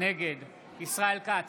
נגד ישראל כץ,